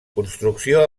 construcció